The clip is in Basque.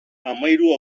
hamahiru